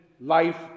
life